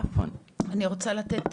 אני רוצה לתת